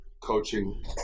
coaching